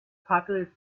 popular